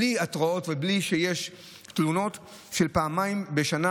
בלי התראות ובלי שיש תלונות, פעמיים בשנה.